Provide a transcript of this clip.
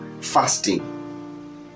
fasting